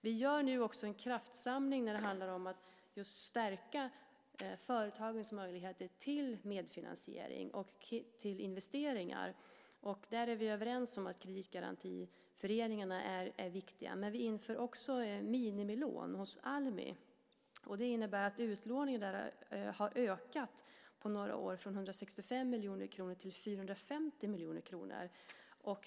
Vi gör nu en kraftsamling för att stärka just företagens möjligheter till medfinansiering och investeringar. Vi är överens om att kreditgarantiföreningarna är viktiga, men vi har också infört minimilån hos Almi, vilket innebär att utlåningen där på några år ökat från 165 miljoner kronor till 450 miljoner kronor.